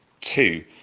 two